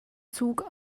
zug